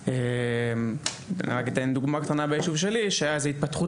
אני רק אתן דוגמה קטנה מהיישוב שלי: הייתה התפתחות